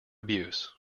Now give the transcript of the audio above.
abuse